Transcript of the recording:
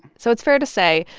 so it's fair to say,